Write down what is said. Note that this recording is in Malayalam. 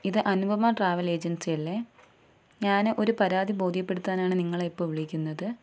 ഇത് അനുപമ ട്രാവൽ ഏജൻസി അല്ലേ ഞാൻ ഒരു പരാതി ബോധ്യപ്പെടുത്താനാണ് നിങ്ങളെ ഇപ്പോള് വിളിക്കുന്നത്